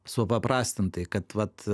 supaprastintai kad vat